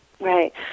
Right